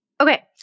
Okay